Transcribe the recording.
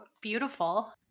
beautiful